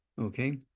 Okay